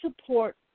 support